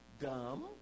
dumb